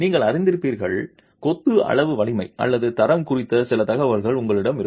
நீங்கள் அறிந்திருப்பீர்கள் கொத்து அளவு வலிமை அல்ல தரம் குறித்த சில தகவல்கள் உங்களிடம் இருக்கும்